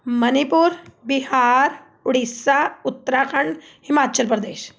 Manipur Bihar Odisha Uttarakhand Himachal Pradesh